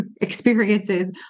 experiences